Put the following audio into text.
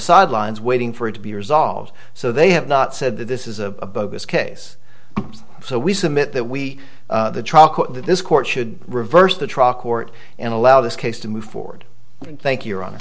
sidelines waiting for it to be resolved so they have not said that this is a bogus case so we submit that we that this court should reverse the truck court and allow this case to move forward thank you